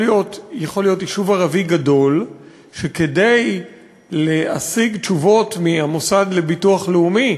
יכול להיות יישוב ערבי גדול שכדי להשיג תשובות מהמוסד לביטוח לאומי,